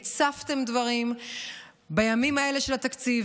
הצפתם דברים בימים האלה של התקציב,